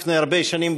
לפני הרבה שנים,